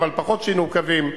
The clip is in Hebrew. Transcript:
אבל פחות שינו שם קווים.